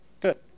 good